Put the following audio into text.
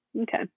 Okay